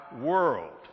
world